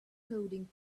coding